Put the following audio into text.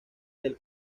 del